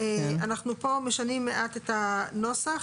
אנחנו פה משנים מעט את הנוסח.